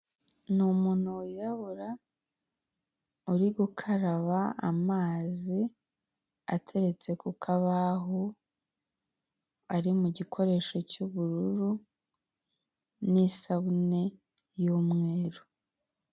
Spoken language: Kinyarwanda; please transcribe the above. Ni umuntu wiraburara uri gukaraba amazi ateretse ku kabaho ari mu gikoresho cy'ubururu n'isabune y'umweru.